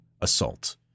assault